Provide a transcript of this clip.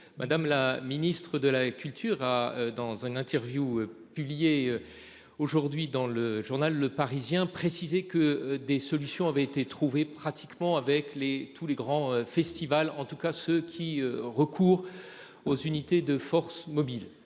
Madame la Ministre, de la Culture a dans une interview publiée. Aujourd'hui dans le journal Le Parisien précisé que des solutions avaient été trouvées pratiquement avec les tous les grands festivals en tout cas ceux qui recourent aux unités de forces mobiles